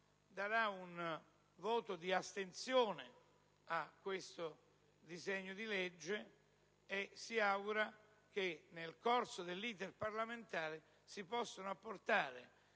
svolto, si asterrà su questo disegno di legge, e si augura che nel corso dell'*iter* parlamentare si possano apportare